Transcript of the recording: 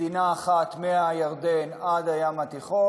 מדינה אחת מהירדן עד הים התיכון,